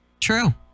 True